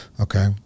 Okay